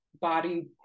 body